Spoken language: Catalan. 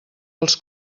els